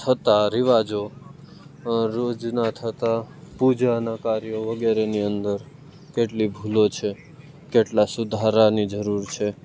થતાં રિવાજો રોજના થતાં પૂજાનાં કાર્યો વગેરેની અંદર કેટલી ભૂલો છે કેટલા સુધારાની જરૂર છે